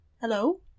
Hello